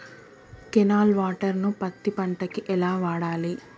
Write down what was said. Canal water ను పత్తి పంట కి ఎలా వాడాలి?